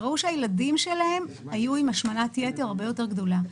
ראו שהילדים שלהן היו עם השמנת-יתר הרבה יותר גדולה.